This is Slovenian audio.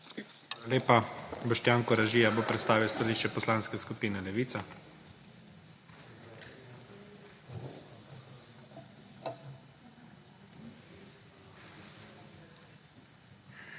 lepa. Boštjan Koražija bo predstavil stališče Poslanske skupine Levica.